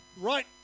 right